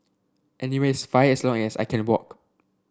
anywhere is fine as long as I can walk